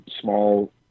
small